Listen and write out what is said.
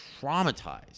traumatized